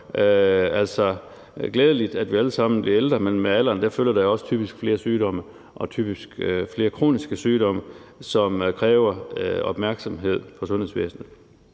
glædeligt, at vi alle sammen bliver ældre, men med alderen følger der også typisk flere sygdomme og flere kroniske sygdomme, som kræver opmærksomhed fra sundhedsvæsenets